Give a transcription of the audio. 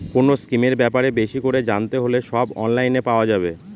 কোনো স্কিমের ব্যাপারে বেশি করে জানতে হলে সব অনলাইনে পাওয়া যাবে